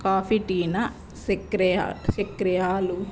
coffee ಟೀನ ಸಕ್ರೆ ಹಾಕಿ ಸಕ್ರೆ ಹಾಲು